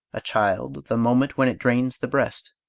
a child the moment when it drains the breast,